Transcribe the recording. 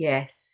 Yes